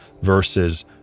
versus